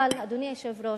אבל, אדוני היושב-ראש,